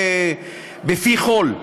בפי כול,